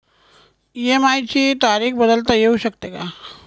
EMI ची तारीख बदलता येऊ शकते का?